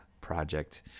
project